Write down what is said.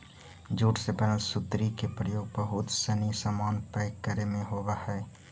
jute से बनल सुतरी के प्रयोग बहुत सनी सामान पैक करे में होवऽ हइ